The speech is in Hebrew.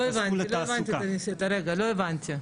לא הבנתי.